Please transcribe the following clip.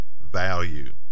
value